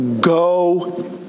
Go